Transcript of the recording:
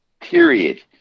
Period